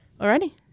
Already